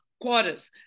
quarters